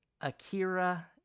akira